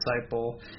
disciple